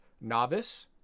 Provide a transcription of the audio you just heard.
Novice